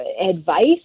advice